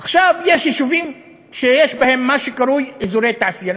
עכשיו, יש יישובים שיש בהם מה שקרוי אזורי תעשייה.